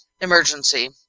emergency